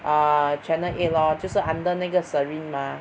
orh Channel Eight lor 就是 under 那个 Serene mah